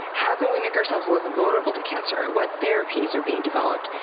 how can we make ourselves less vulnerable to cancer? what therapies are being developed?